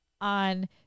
on